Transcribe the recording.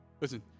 Listen